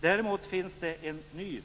Däremot finns det en ny